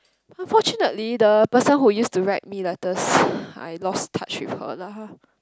unfortunately the person who used to write me letters I lost touch with her lah